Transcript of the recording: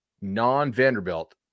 non-Vanderbilt